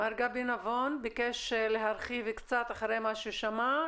מר גבי נבון ביקש להרחיב קצת אחרי מה ששמע.